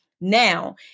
Now